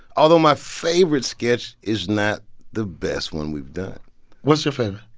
although my favorite sketch is not the best one we've done what's your favorite?